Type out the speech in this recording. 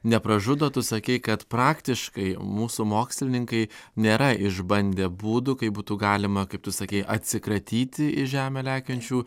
nepražudo tu sakei kad praktiškai mūsų mokslininkai nėra išbandę būdų kaip būtų galima kaip tu sakei atsikratyti į žemę lekiančių